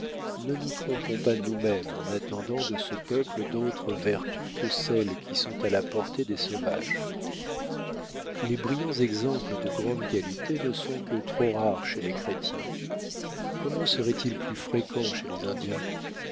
ne nous trompons pas nous-mêmes en attendant de ce peuple d'autres vertus que celles qui sont à la portée des sauvages les brillants exemples de grandes qualités ne sont que trop rares chez les chrétiens comment seraient-ils plus fréquents chez les indiens